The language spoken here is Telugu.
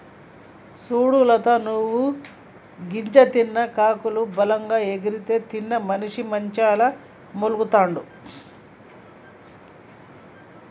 సూడు లత నువ్వు గింజ తిన్న కాకులు బలంగా ఎగిరితే తినని మనిసి మంచంల మూల్గతండాడు